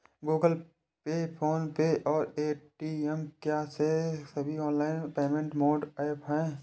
Google Pay PhonePe और Paytm क्या ये सभी ऑनलाइन पेमेंट मोड ऐप हैं?